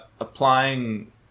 applying